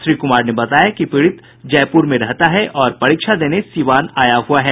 श्री कुमार ने बताया कि पीड़ित जयपुर में रहता है और परीक्षा देने के लिये सीवान आया हुआ है